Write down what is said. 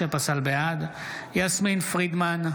בעד יסמין פרידמן,